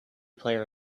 player